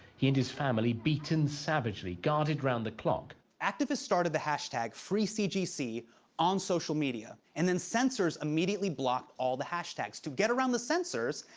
he and his family beaten savagely, guarded round the clock. activists started the hashtag freecgc on social media and then censors immediately blocked all the hashtags. to get around the censors,